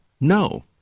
no